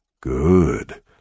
Good